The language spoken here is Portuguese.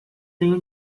tenho